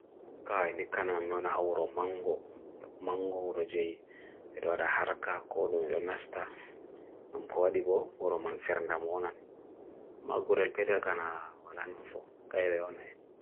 kaya nikana meon ahawro mango, mango awro jai, me doada haraka, konu nilonasta, nam ko adigo awro man fern dham onan, magurel pedagana walan afo, kaya be onan.